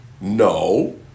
no